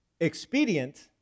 expedient